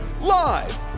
Live